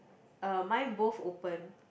uh mine both open